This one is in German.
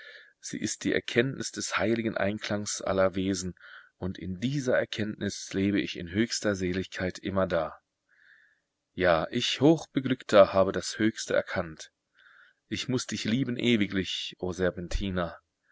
sie ist die erkenntnis des heiligen einklangs aller wesen und in dieser erkenntnis lebe ich in höchster seligkeit immerdar ja ich hochbeglückter habe das höchste erkannt ich muß dich lieben ewiglich o serpentina